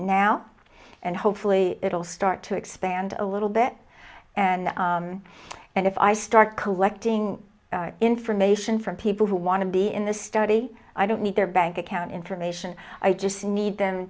now and hopefully it'll start to expand a little bit and and if i start collecting information from people who want to be in the study i don't need their bank account information i just need them